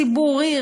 ציבורי,